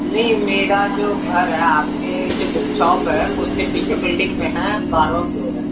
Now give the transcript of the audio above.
نہیں میرا جو گھر ہے آپ کے جو شاپ ہے اُس کے پیچھے بلڈنگ میں ہے بارہواں فلور ہے